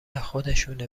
خودشونه